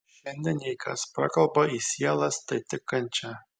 šiandien jei kas prakalba į sielas tai tik kančia